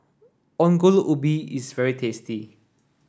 Ongol Ubi is very tasty